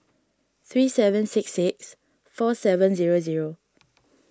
three seven six six four seven zero zero